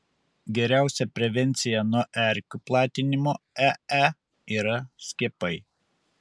geriausia prevencija nuo erkių platinamo ee yra skiepai